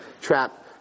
trap